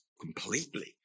completely